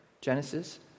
Genesis